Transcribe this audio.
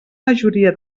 majoria